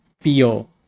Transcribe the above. feel